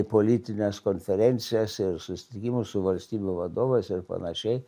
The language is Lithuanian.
politines konferencijas ir susitikimus su valstybių vadovais ir panašiai